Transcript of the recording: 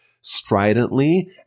stridently